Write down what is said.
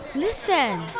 Listen